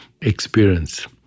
experience